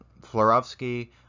Florovsky